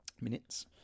minutes